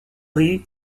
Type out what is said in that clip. riz